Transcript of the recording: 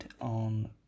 on